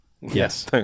Yes